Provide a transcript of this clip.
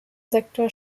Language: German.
sektor